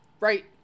Right